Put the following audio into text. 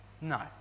No